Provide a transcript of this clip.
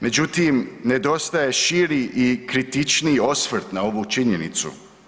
Međutim, nedostaje širi i kritičniji osvrt na ovu činjenicu.